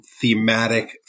thematic